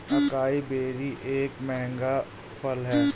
acai berry एक महंगा फल है